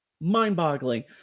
mind-boggling